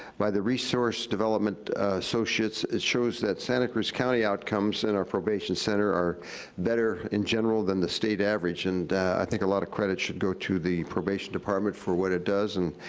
by the resource development associates, it shows that santa cruz county outcomes in our probation center are better, in general, than the state average. and i think a lot of credit should go to the probation department for what it does, and